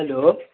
hello